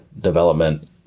development